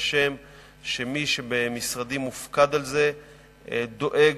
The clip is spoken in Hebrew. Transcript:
מתרשם שמי שבמשרדי מופקד על זה דואג